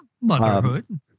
Motherhood